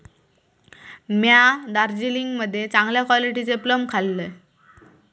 म्या दार्जिलिंग मध्ये चांगले क्वालिटीचे प्लम खाल्लंय